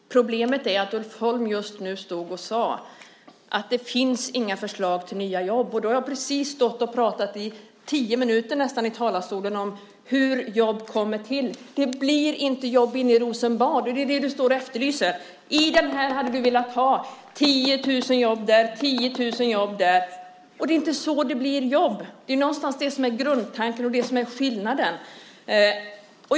Herr talman! Problemet är att Ulf Holm just sade att det inte finns några förslag till nya jobb. Jag har stått i talarstolen och i nästan tio minuter talat om hur de nya jobben kommer. Det blir inte jobb inom Rosenbad, om det är det Ulf Holm efterlyser när han säger att de hade velat ha 10 000 jobb där och 10 000 där. Det är inte så jobb skapas. Det är det som är grundtanken och också skillnaden.